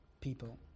people